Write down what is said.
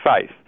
faith